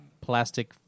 plastic